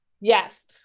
Yes